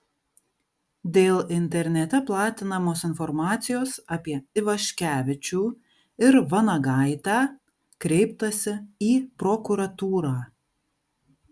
dėl internete platinamos informacijos apie ivaškevičių ir vanagaitę kreiptasi į prokuratūrą